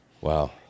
Wow